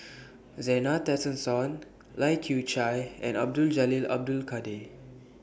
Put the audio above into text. Zena Tessensohn Lai Kew Chai and Abdul Jalil Abdul Kadir